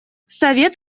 совет